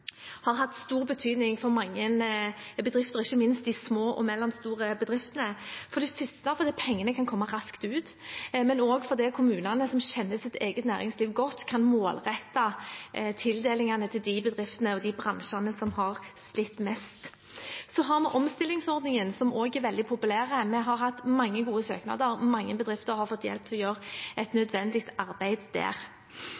har hatt stor betydning for mange bedrifter, ikke minst de små og mellomstore bedriftene. Det er for det første fordi pengene kan komme raskt ut, men også fordi kommunene, som kjenner sitt eget næringsliv godt, kan målrette tildelingene til de bedriftene og de bransjene som har slitt mest. Så har vi omstillingsordningen, som også er veldig populær. Vi har hatt mange gode søknader, og mange bedrifter har fått hjelp til å gjøre et